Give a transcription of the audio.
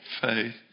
faith